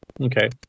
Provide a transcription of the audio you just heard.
Okay